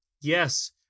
Yes